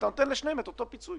לשניהם אתה נותן את אותו פיצוי.